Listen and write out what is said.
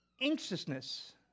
anxiousness